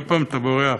כל פעם אתה בורח.